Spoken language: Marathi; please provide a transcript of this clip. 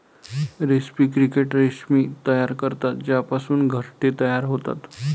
रेस्पी क्रिकेट रेशीम तयार करतात ज्यापासून घरटे तयार होतात